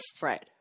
Right